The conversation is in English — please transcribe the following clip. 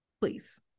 please